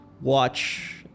watch